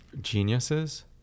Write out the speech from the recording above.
geniuses